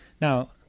Now